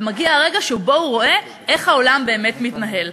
ומגיע הרגע שבו הוא רואה איך העולם באמת מתנהל.